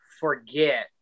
forget